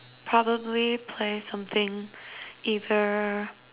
probably play something either